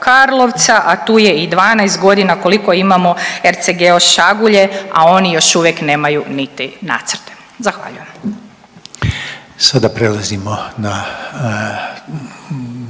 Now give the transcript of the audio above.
Karlovca, a tu je 12 godina koliko imamo RCGO Šagulje, a oni još uvijek nemaju niti nacrte. Zahvaljujem.